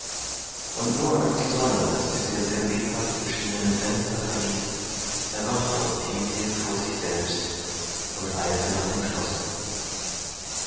und nur als die sonne das bisher sehr lebhaft beschienene fenster verließ erwachte ottilie vor sich selbst und eilte nach dem schlosse